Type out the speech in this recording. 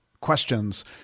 questions